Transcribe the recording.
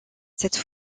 cette